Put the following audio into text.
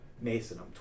Mason